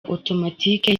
automatic